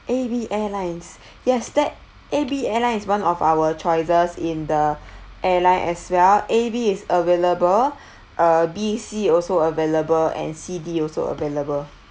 A B airlines yes that A B airlines is one of our choices in the airline as well A B is available uh B C also available and C D also available